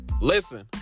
Listen